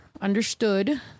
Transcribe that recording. understood